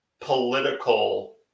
political